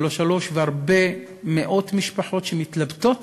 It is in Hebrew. ולא שלושה, והרבה, מאות משפחות שמתלבטות,